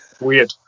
Weird